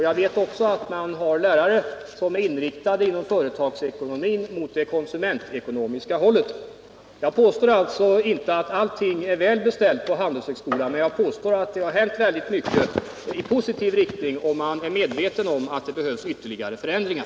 Jag vet också att man har lärare som är inriktade inom företagsekonomin mot det konsumentekonomiska hållet. Jag påstår alltså inte att allt är välbeställt på Handelshögskolan, men jag påstår att det har hänt väldigt mycket i positiv riktning och att man är medveten om att det behövs ytterligare förändringar.